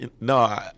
no